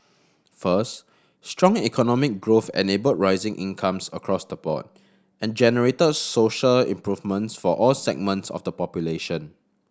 first strong economic growth enabled rising incomes across the board and generated social improvements for all segments of the population